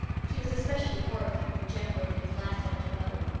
she was especially horrified when jem wrote in his last letter to mother,